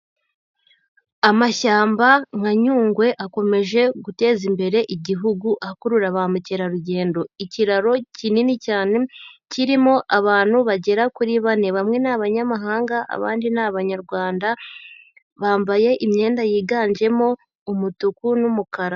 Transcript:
Amashyamba nka Nyungwe akomeje guteza imbere igihugu akurura ba mukerarugendo. Ikiraro kinini cyane kirimo abantu bagera kuri bane, bamwe ni abanyamahanga, abandi ni Abanyarwanda, bambaye imyenda yiganjemo umutuku n'umukara.